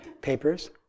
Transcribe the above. papers